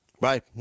Right